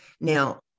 now